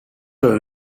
will